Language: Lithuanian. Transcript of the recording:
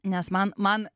nes man man